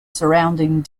surrounding